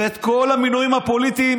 ואת כל המינויים הפוליטיים